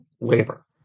labor